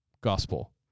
gospel